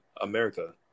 America